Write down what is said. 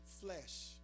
flesh